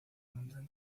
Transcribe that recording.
montaña